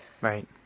Right